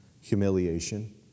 Humiliation